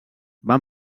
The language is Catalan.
van